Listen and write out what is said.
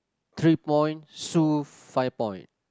three point Sue five point